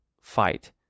fight